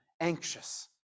anxious